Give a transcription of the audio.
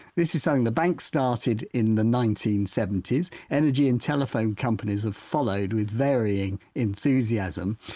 this was something the banks started in the nineteen seventy s, energy and telephone companies have followed with varying enthusiasm.